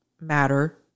matter